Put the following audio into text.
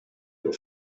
were